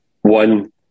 One